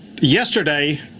yesterday